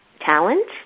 talent